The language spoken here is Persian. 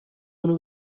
اونو